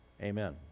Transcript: amen